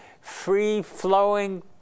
free-flowing